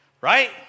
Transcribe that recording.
Right